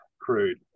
crude